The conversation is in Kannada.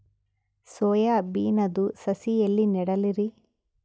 ಸೊಯಾ ಬಿನದು ಸಸಿ ಎಲ್ಲಿ ನೆಡಲಿರಿ?